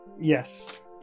yes